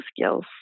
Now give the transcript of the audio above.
skills